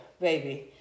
baby